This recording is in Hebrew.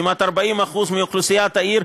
כמעט 40% מאוכלוסיית העיר,